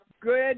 good